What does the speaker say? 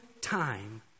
time